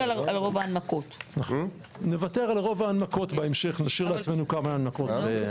נשאיר לעצמנו כמה הנמקות.